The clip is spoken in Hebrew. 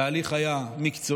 התהליך היה מקצועי,